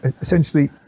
Essentially